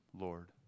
Lord